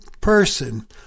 person